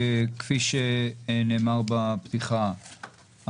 כפי שנאמר בפתיחה,